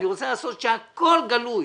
אני רוצה לעשות שהכול גלוי,